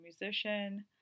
musician